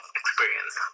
experience